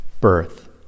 birth